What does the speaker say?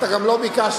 אתה גם לא ביקשת.